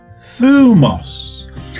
thumos